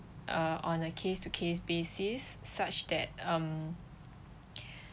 uh on a case to case basis such that um